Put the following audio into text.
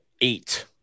eight